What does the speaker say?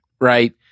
right